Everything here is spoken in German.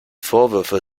vorwürfe